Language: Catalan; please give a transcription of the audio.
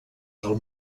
del